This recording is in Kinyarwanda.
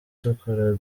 dukora